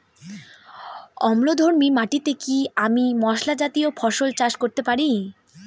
অম্লধর্মী মাটিতে কি আমি মশলা জাতীয় ফসল চাষ করতে পারি?